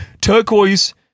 turquoise